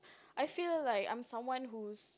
I feel like I'm someone who's